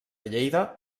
lleida